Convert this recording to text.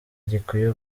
gikwiye